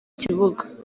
kibuga